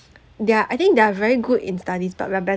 they're I think they're very good in studies but we're better